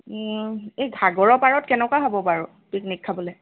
এই ঘাগৰৰ পাৰত কেনেকুৱা হ'ব বাৰু পিকনিক খাবলৈ